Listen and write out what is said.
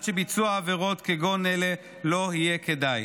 שביצוע עבירות כגון אלה לא יהיה כדאי.